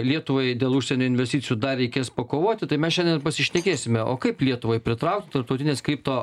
lietuvai dėl užsienio investicijų dar reikės pakovoti tai mes šiandien pasišnekėsime o kaip lietuvai pritraukt tarptautines kripto